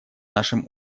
нашим